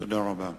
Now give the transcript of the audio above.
תודה רבה.